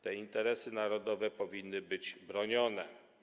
Te interesy narodowe powinny być bronione.